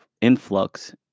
influx